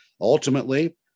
Ultimately